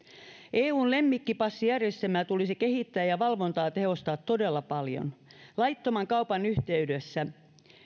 eun lemmikkipassijärjestelmää tulisi kehittää ja valvontaa tehostaa todella paljon laittoman kaupan yhteydessä